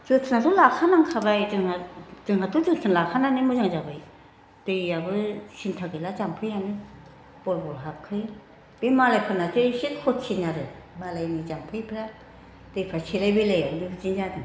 जोथोनाथ' लाखानांखाबाय जोंहा जोंहाथ' जोथोन लाखानानै मोजां जाबाय दैयाबो सिन्था गैला जाम्फैआनो बल बल हाबखायो बे मालायफोरनासो इसे कथिन आरो मालायनि जाम्फैफ्रा दैफ्रा सेलाय बेलायआवनो बिदिनो जादों